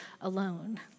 alone